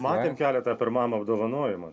matėm keletą per mama apdovanojimą